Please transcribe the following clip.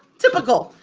typical.